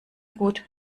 gut